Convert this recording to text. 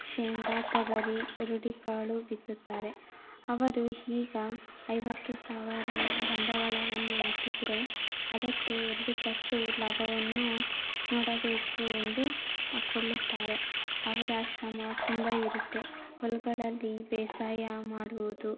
ಶೇಂಗಾ ತೊಗರಿ ಹುರುಳಿಕಾಳು ಬಿತ್ತುತ್ತಾರೆ ಅವರು ಈಗ ಐವತ್ತು ಸಾವಿರ ಬಂಡವಾಳವನ್ನು ಹಾಕಿದ್ರೆ ಅದಕ್ಕೆ ಎರಡು ಪಟ್ಟು ಲಾಭವನ್ನು ನೋಡಬೇಕು ಎಂದು ಕೊಳ್ಳುತ್ತಾರೆ ಅವರ ಶ್ರಮ ತುಂಬ ಇರುತ್ತೆ ಹೊಲಗಳಲ್ಲಿ ಬೇಸಾಯ ಮಾಡುವುದು